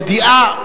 ידיעה,